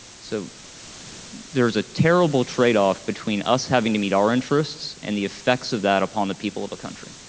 so there's a terrible trade off between us having to meet our interests and the effects of that upon the people of a country.